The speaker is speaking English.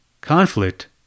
Conflict